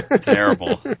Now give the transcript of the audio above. Terrible